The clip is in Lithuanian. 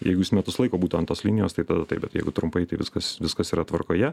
jeigu jūs metus laiko būtų ant tos linijos tai tada taip bet jeigu trumpai tai viskas viskas yra tvarkoje